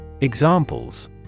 Examples